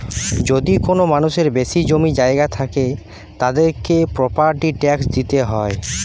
যদি কোনো মানুষের বেশি জমি জায়গা থাকে, তাদেরকে প্রপার্টি ট্যাক্স দিইতে হয়